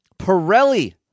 Pirelli